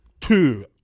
two